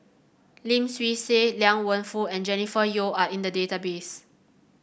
Lim Swee Say Liang Wenfu and Jennifer Yeo are in the database